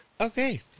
Okay